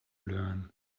learn